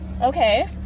Okay